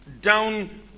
down